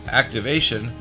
activation